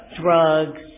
drugs